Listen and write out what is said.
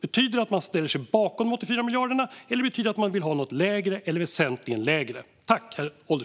Betyder det att man ställer sig bakom de 84 miljarderna, eller betyder det att man vill ha något lägre eller väsentligen lägre?